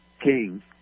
king